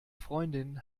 freundin